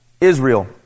Israel